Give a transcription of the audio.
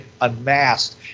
unmasked